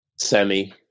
Semi